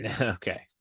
okay